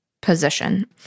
position